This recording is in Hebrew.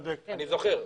אני זוכר.